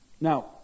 now